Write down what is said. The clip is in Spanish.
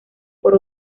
por